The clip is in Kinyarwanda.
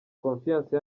confiance